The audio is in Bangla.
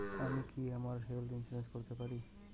আমি কি আমার হেলথ ইন্সুরেন্স করতে পারি?